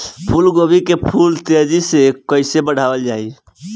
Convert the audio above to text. फूल गोभी के फूल तेजी से कइसे बढ़ावल जाई?